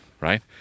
right